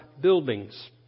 buildings